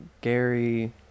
Gary